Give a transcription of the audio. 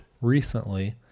recently